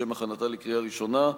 לשם הכנתה לקריאה ראשונה,